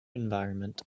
environment